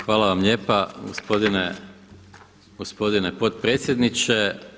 Hvala vam lijepa, gospodine potpredsjedniče.